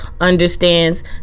understands